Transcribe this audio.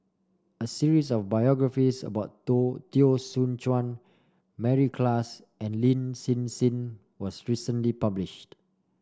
a series of biographies about To Teo Soon Chuan Mary Klass and Lin Hsin Hsin was recently published